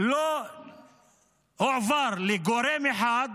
לא הועבר לגורם אחד